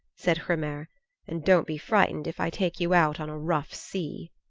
said hrymer. and don't be frightened if i take you out on a rough sea.